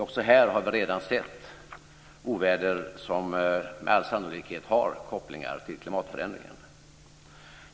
Också här har vi redan sett oväder som med all sannolikhet har kopplingar till klimatförändringen.